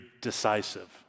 decisive